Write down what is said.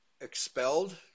expelled